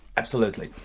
absolutely.